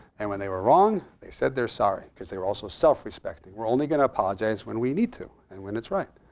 and when they were wrong, they said they're sorry, because they were also self respecting. we're only going to apologize when we need to and when it's right.